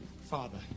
Father